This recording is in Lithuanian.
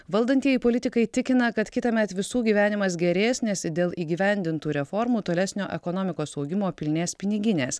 valdantieji politikai tikina kad kitąmet visų gyvenimas gerės nes dėl įgyvendintų reformų tolesnio ekonomikos augimo pilnės piniginės